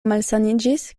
malsaniĝis